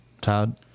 Todd